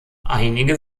einige